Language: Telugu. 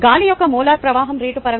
గాలి యొక్క మోలార్ ప్రవాహం రేటు పరంగా